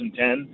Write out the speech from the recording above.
2010